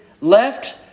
left